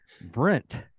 brent